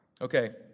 Okay